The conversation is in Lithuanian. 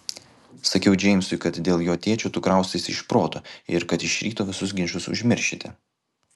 sakiau džeimsui kad dėl jo tėčio tu kraustaisi iš proto ir kad iš ryto visus ginčus užmiršite